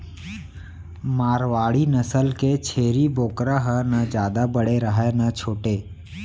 मारवाड़ी नसल के छेरी बोकरा ह न जादा बड़े रहय न छोटे